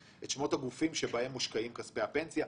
את שמות הגופים שבהם מושקעים כספי הפנסיה.